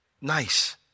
nice